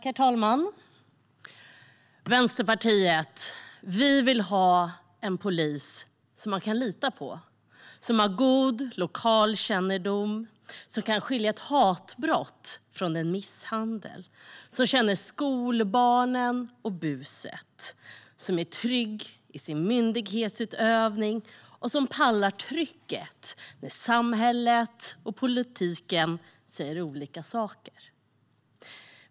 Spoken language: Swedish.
Herr talman! Vi i Vänsterpartiet vill ha en polis som man kan lita på, som har god lokalkännedom, som kan skilja ett hatbrott från en misshandel, som känner skolbarnen och buset, som är trygg i sin myndighetsutövning och som pallar trycket när samhället och politiken säger olika saker.